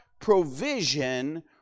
provision